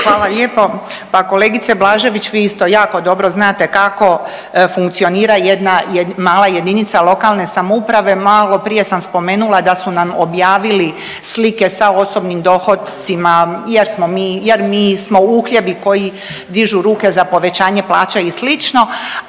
Hvala lijepo. Pa kolegice Blažević vi isto jako dobro znate kako funkcionira jedna mala JLS. Maloprije sam spomenula da su nam objavili slike sa osobnim dohocima jer smo mi, jer mi smo uhljebi koji dižu ruke za povećanje plaća i